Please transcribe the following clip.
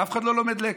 ואף אחד לא לומד לקח,